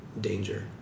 danger